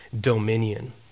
dominion